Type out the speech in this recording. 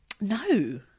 No